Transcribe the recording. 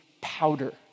powder